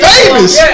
Famous